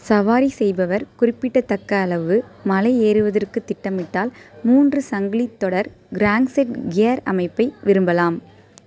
சவாரி செய்பவர் குறிப்பிட்டத்தக்க அளவு மலை ஏறுவதற்கு திட்டமிட்டால் மூன்று சங்கிலித் தொடர் கிராங்செட் கியர் அமைப்பை விரும்பலாம்